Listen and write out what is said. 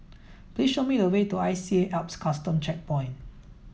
please show me a way to I C A Alps Custom Checkpoint